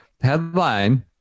Headline